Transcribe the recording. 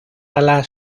alas